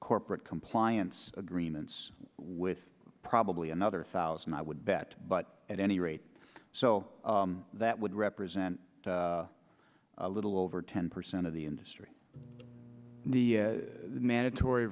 corporate compliance agreements with probably another thousand i would bet but at any rate so that would represent a little over ten percent of the industry the mandatory